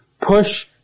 push